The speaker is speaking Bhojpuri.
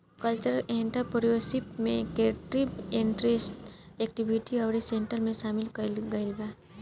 कल्चरल एंटरप्रेन्योरशिप में क्रिएटिव इंडस्ट्री एक्टिविटी अउरी सेक्टर के सामिल कईल गईल बा